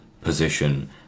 position